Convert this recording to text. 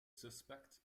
suspect